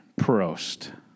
prost